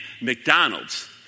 McDonald's